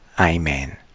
Amen